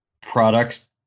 products